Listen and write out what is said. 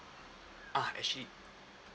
ah actually